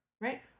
right